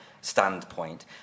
standpoint